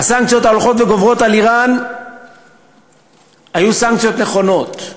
הסנקציות ההולכות וגוברות על איראן היו סנקציות נכונות,